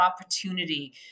opportunity